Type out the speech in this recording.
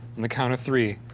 on the count of three,